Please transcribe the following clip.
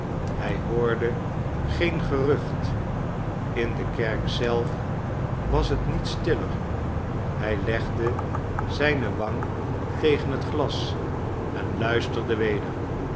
hij hoorde geen gerucht in de kerk zelf was net niet stiller hij legde zijne wang tegen het glas en luisterde weder